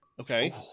Okay